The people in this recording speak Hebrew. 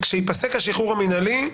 כשייפסק השחרור המינהלי,